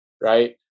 Right